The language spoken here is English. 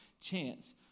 chance